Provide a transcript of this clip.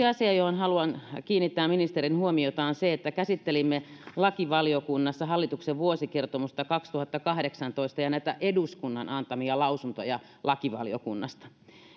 asia johon haluan kiinnittää ministerin huomiota on se että käsittelimme lakivaliokunnassa hallituksen vuosikertomusta kaksituhattakahdeksantoista ja näitä eduskunnan antamia lausuntoja lakivaliokunnasta